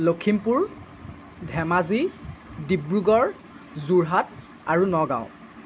লখিমপুৰ ধেমাজি ডিব্ৰুগড় যোৰহাট আৰু নগাঁও